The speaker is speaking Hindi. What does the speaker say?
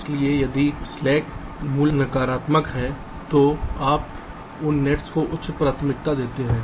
इसलिए यदि स्लैक मूल्य नकारात्मक है तो आप उन नेट्स को उच्च प्राथमिकता देते हैं